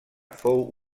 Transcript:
fou